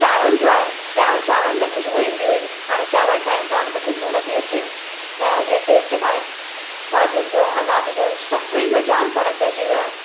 चांवरनि जो आहे पहिरियों चांवरनि में ख़ुशबू ईंदी हुई हाणे चांवर ठाहियूं था उनमें ख़ुशबू नथी अचे पहिरियों जीअं टेस्ट न आहे भाॼियुनि जो अनाज जो सभु कोई में जामु फ़र्क़ु पइजी वियो आहे